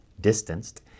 distanced